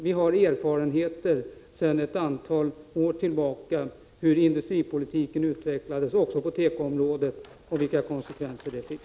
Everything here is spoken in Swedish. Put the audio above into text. Vi har sedan ett antal år tillbaka erfarenheter av hur industripolitiken utvecklades, även på tekoområdet, och vilka konsekvenser det fick.